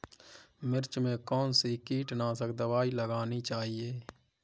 मिर्च में कौन सी कीटनाशक दबाई लगानी चाहिए?